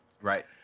Right